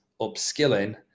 upskilling